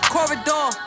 Corridor